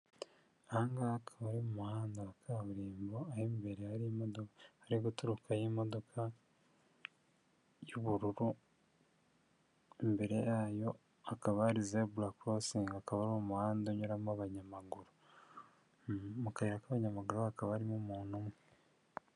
Aha ngaha akaba ari mu muhanda wa kaburimbo aho imbere hari imodoka. Hari guturuka imodoka y'ubururu. Imbere yayo hakaba hari zebura korosingi. Akaba ari umuhanda unyuramo abanyamaguru. Mu kayira k'abanyamaguru hakaba harimo umuntu umwe.